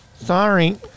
Sorry